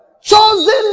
Chosen